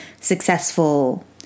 successful